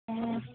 ꯑꯣ